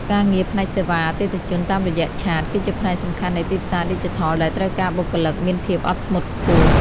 ការងារផ្នែកសេវាអតិថិជនតាមរយៈឆាត គឺជាផ្នែកសំខាន់នៃទីផ្សារឌីជីថលដែលត្រូវការបុគ្គលិកមានភាពអត់ធ្មត់ខ្ពស់។